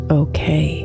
okay